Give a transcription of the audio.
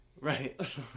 Right